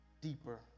deeper